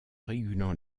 régulant